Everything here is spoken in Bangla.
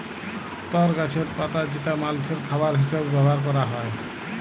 তর গাছের পাতা যেটা মালষের খাবার হিসেবে ব্যবহার ক্যরা হ্যয়